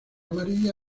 amarilla